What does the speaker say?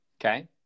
Okay